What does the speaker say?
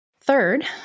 Third